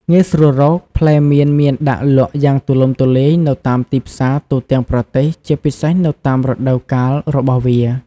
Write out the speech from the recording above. ងាយស្រួលរក ផ្លែមៀនមានដាក់លក់យ៉ាងទូលំទូលាយនៅតាមទីផ្សារទូទាំងប្រទេស ជាពិសេសនៅតាមរដូវកាលរបស់វា។